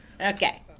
okay